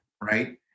right